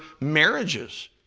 marriages